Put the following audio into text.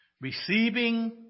receiving